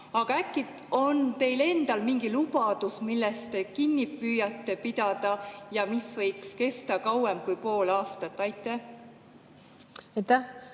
Äkki on teil endal mingi lubadus, millest te püüate kinni pidada ja mis võiks kesta kauem kui pool aastat? Aitäh,